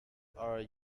are